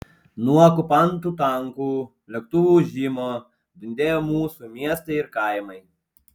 nuo okupantų tankų lėktuvų ūžimo dundėjo mūsų miestai ir kaimai